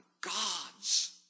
gods